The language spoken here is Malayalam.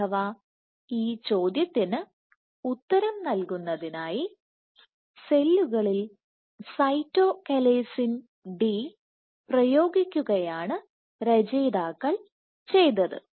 അഥവാ ഈ ചോദ്യത്തിന് ഉത്തരം നൽകുന്നതിന് സെല്ലുകളിൽ സൈറ്റോകലേസിൻ ഡി പ്രയോഗിക്കുകയാണ് രചയിതാക്കൾ ചെയ്തത്